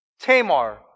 Tamar